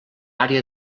àrea